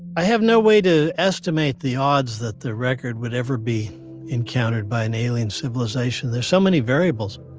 i have no way to estimate the odds that the record would ever be encountered by an alien civilization. there's so many variables.